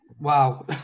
wow